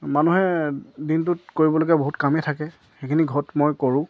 মানুহে দিনটোত কৰিবলগীয়া বহুত কামেই থাকে সেইখিনি ঘৰত মই কৰোঁ